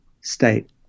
state